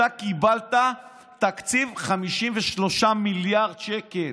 אתה קיבלת תקציב של 53 מיליארד שקל.